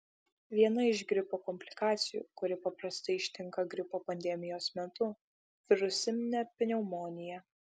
viena iš gripo komplikacijų kuri paprastai ištinka gripo pandemijos metu virusinė pneumonija